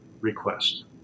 request